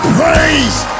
praise